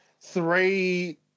three